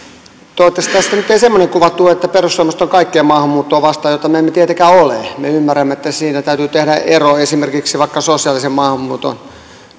toivottavasti tästä nyt ei semmoinen kuva tule että perussuomalaiset ovat kaikkea maahanmuuttoa vastaan mitä me emme tietenkään ole me ymmärrämme että täytyy tehdä ero esimerkiksi vaikka sosiaalisen maahanmuuton